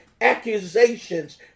accusations